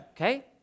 okay